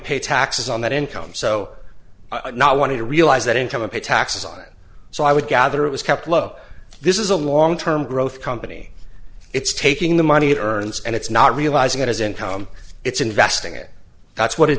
pay taxes on that income so not want to realize that income and pay taxes on it so i would gather it was kept low this is a long term growth company it's taking the money earns and it's not realising it as income it's investing it that's what it